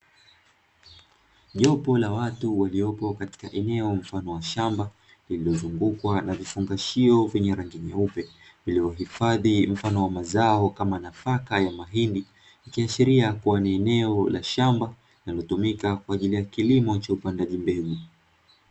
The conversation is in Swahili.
Jopo la watu waliopo katika eneo mfano wa shamba, lililozungukwa na vifungashio vyenye rangi nyeupe vilivyohifadhi mfano wa mazao kama nafaka ya mahindi, ikiashiria kuwa ni eneo la shamba linalotumika kwa ajili ya kilimo cha upandaji mbegu.